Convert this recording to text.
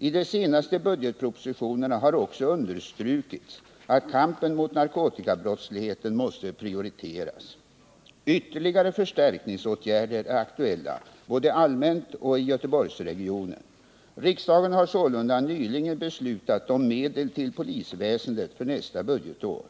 I de senaste budgetpropositionerna har också understrukits att kampen mot narkotikabrottsligheten måste prioriteras. Ytterligare förstärkningsåtgärder är aktuella både allmänt och i Göteborgs regionen. Riksdagen har sålunda nyligen beslutat om medel till polisväsendet för nästa budgetår.